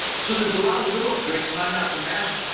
so there's a lot of little tricks and i'm not the master.